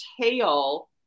tail